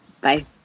Bye